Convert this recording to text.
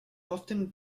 often